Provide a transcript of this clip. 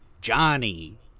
Johnny